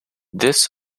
this